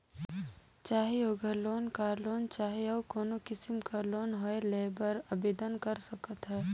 चाहे ओघर loan, car loan चहे अउ कोनो किसिम कर लोन होए लेय बर आबेदन कर सकत ह